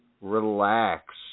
relax